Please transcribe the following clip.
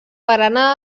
barana